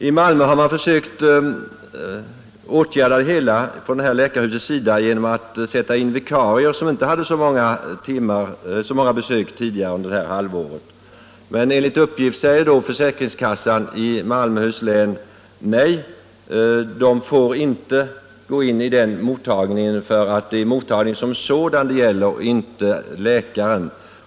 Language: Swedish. I Malmö har man för att komma till rätta med situationen försökt att i det aktuella läkarhuset sätta in vikarier som inte haft så många besök tidigare under halvåret. Enligt uppgift säger då försäkringskassan i Malmöhus län nej till detta; de får inte arbeta vid den mottagningen, eftersom det är mottagningen som sådan bestämmelsen gäller och inte läkaren.